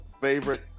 favorite